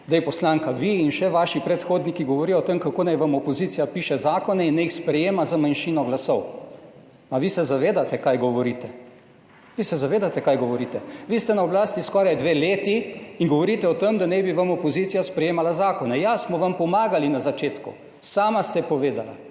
zdaj poslanka, vi in še vaši predhodniki govorijo o tem, kako naj vam opozicija piše zakone in naj jih sprejema z manjšino glasov. A vi se zavedate kaj govorite? Vi se zavedate kaj govorite? Vi ste na oblasti skoraj dve leti in govorite o tem, da naj bi vam opozicija sprejemala zakone. Ja, smo vam pomagali na začetku, sama ste povedala.